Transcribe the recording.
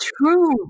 true